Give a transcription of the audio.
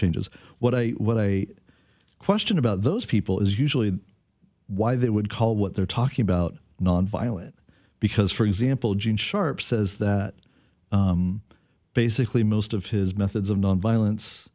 changes what i what i question about those people is usually why they would call what they're talking about nonviolent because for example gene sharp says that basically most of his methods of nonviolence